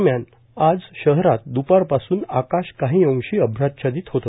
दरम्यान आज शहरात द्पारपासून आकाश काही अंशी अभ्राच्छादीत होत